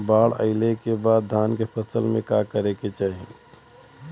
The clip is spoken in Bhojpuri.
बाढ़ आइले के बाद धान के फसल में का करे के चाही?